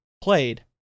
played